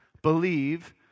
believe